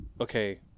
okay